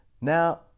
Now